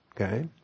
Okay